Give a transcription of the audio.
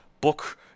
book